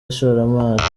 ishoramari